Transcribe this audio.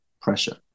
pressure